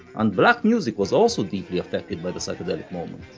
and black music was also deeply affected by the psychedelic moment.